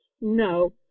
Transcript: No